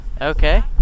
Okay